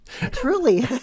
Truly